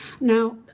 Now